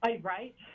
Right